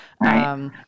Right